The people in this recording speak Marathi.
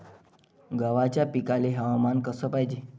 गव्हाच्या पिकाले हवामान कस पायजे?